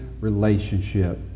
relationship